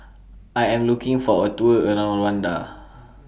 I Am looking For A Tour around Rwanda